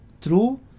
true